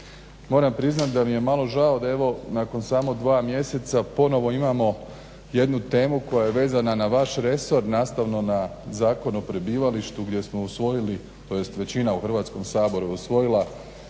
Moram priznat da mi je malo žao da evo nakon samo dva mjeseca ponovo imamo jednu temu koja je vezana na vaš resor nastavno na zakon o prebivalištu gdje smo osvojili tj. većina u Hrvatskom saboru osvojila